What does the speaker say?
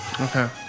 Okay